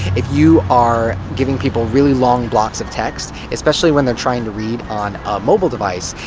if you are giving people really long blocks of text, especially when they're trying to read on a mobile device,